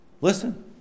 Listen